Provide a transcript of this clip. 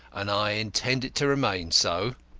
and i intend it to remain so.